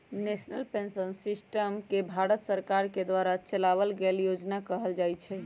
national pension system के भारत सरकार के द्वारा चलावल गइल योजना कहल जा हई